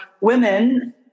women